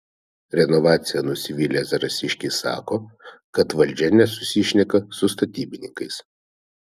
renovacija nusivylę zarasiškiai sako kad valdžia nesusišneka su statybininkais